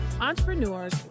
entrepreneurs